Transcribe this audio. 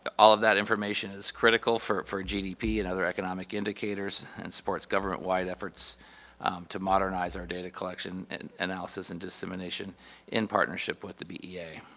but all that information is critical for for gdp and other economic indicators and supports government wide efforts to modernize our data collection and analysis and dissemination in partnership with the bea. yeah